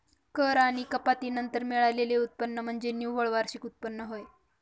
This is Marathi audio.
कर आणि कपाती नंतर मिळालेले उत्पन्न म्हणजे निव्वळ वार्षिक उत्पन्न होय